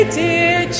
dear